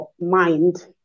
mind